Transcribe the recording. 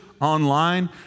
online